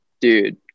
Dude